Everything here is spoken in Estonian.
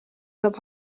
saab